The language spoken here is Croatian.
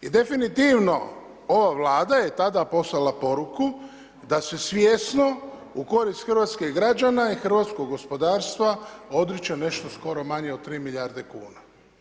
I definitivno ova Vlada je tada poslala poruku da se svjesno u korist hrvatskih građana i hrvatskog gospodarstva odriče nešto skoro manje od 3 milijarde kuna.